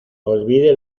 olvide